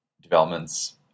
developments